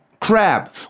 crab